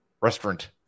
restaurant